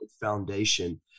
foundation